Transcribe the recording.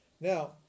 Now